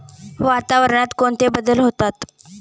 वातावरणात कोणते बदल होतात?